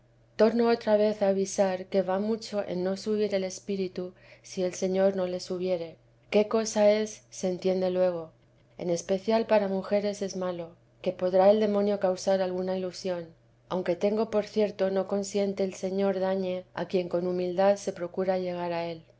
torno otra vez a avisar que va mucho en no subir él espíritu si el señor no le subiere qué cosa es se entiende luego en especial para mujeres es malo que podrá el demonio causar alguna ilusión aunque t ngo por cierto no consiente el señor dañe a quien con humildad se procura llegar a él